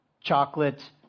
chocolate